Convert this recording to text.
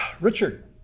Richard